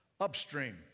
upstream